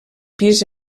pis